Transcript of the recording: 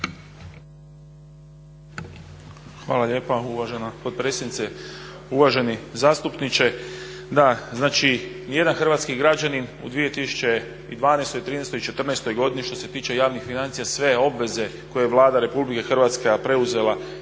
Hvala lijepa uvažena potpredsjednice. Uvaženi zastupniče, da, znači nijedan hrvatski građanin u 2012., 2013. i 2014. godini što se tiče javnih financija sve obveze koje je Vlada Republike Hrvatske preuzela